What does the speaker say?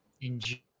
Enjoy